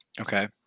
Okay